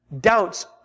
doubts